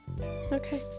okay